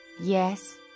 yes